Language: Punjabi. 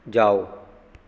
ਜਾਓ